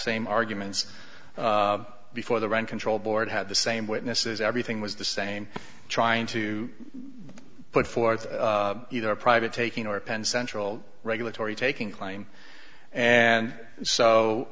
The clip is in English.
same arguments before the rent control board had the same witnesses everything was the same trying to put forth either private taking or penn central regulatory taking claim and so